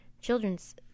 Children's